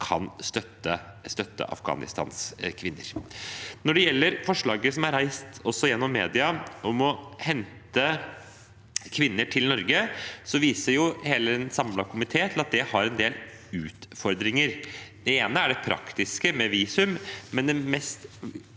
kan støtte Afghanistans kvinner. Når det gjelder forslaget som er reist, også gjennom media, om å hente kvinner til Norge, viser en samlet komité til at det har en del utfordringer. Det ene er det praktiske med visum, men det